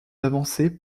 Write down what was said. avancés